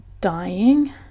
dying